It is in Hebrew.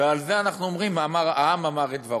ועל זה אנחנו אומרים: העם אמר את דברו.